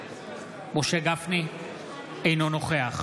אינו נוכח